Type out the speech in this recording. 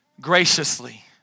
graciously